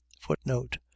footnote